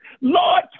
Lord